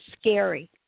scary